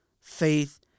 faith